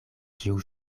ĉiu